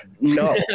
No